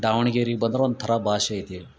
ದಾವಣಗೆರೆಗೆ ಬಂದ್ರ ಒಂಥರಾ ಭಾಷೆ ಐತಿ